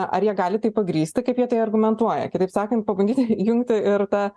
ar jie gali tai pagrįsti kaip jie tai argumentuoja kitaip sakant pabandyti ir jungti ir tą